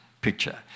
picture